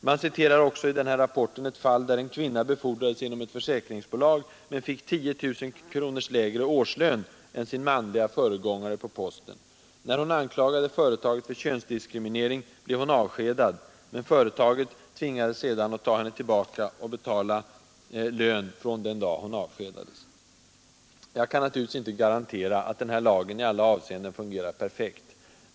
Man citerar också i denna rapport ett fall, där en kvinna befordrades inom ett försäkringsbolag men fick 10 000 kronor lägre årslön än sin manlige föregångare på posten. När hon anklagade företaget för könsdiskriminering blev hon avskedad, men företaget tvingades sedan ta henne tillbaka och betala lön från den dag då hon avskedades. Jag kan naturligtvis inte garantera att den här lagen i alla avseenden fungerar perfekt.